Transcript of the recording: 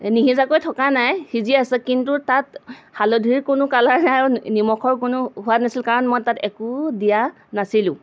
নিসিজাকৈ থকা নাই সিজি আছে কিন্তু তাত হালধিৰ কোনো কালাৰ নাই আৰু নিমখৰ সোৱাদ নাছিল কাৰণ মই তাত একো দিয়া নাছিলোঁ